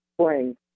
spring